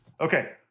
Okay